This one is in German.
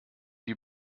die